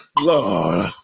Lord